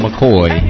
McCoy